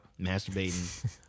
masturbating